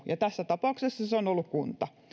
ja tässä tapauksessa se on ollut kunta